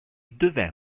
devint